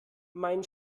mein